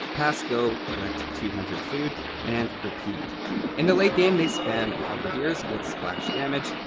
pass go, collect two hundred food and repeat in the late game they spam halberdiers with splash damage,